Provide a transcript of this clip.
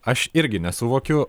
aš irgi nesuvokiu